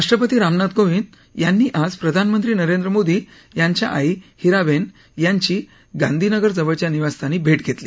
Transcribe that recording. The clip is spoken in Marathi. राष्ट्रपती रामनाथ कोंविद यांनी आज प्रधानमंत्री नरेंद्र मोदी यांच्या आई हिराबा यांची गांधीनगर जवळच्या निवासस्थानी भेट धेतली